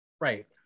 Right